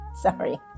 sorry